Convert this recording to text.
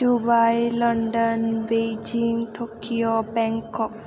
Dubai London Beijing Tokyo Bangkok